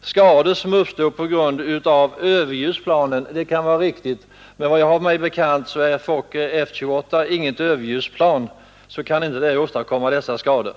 skador som uppstår på grund av överljudsplanen. Vad jag har mig bekant är F-28 inget överljudsplan och kan alltså inte åstadkomma sådana skador.